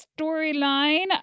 Storyline